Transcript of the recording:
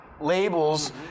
labels